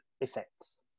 effects